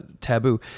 taboo